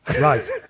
Right